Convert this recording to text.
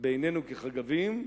בעינינו כחגבים,